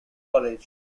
college